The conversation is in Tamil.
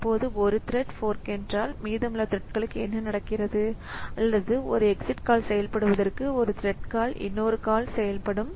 இப்போது ஒரு த்ரெட் போர்க் என்றால் மீதமுள்ள த்ரெட்களுக்கு என்ன நடக்கிறது அல்லது ஒரு exec call செயல்படுத்துவதற்கு ஒரு த்ரேட் கால் இன்னொரு கால் செயல்படும்